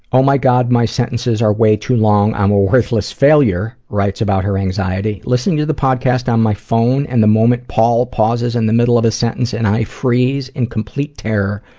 oh my god my sentences are way too long, i'm a worthless failure writes about her anxiety. listening to the podcast on my phone and the moment paul pauses in the middle of a sentence sentence and i freeze in complete terror,